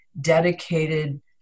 dedicated